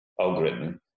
algorithm